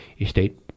estate